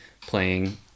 playing